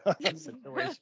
situation